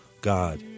God